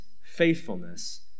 faithfulness